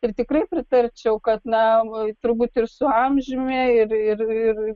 ir tikrai pritarčiau kad na turbūt ir su amžiumi ir ir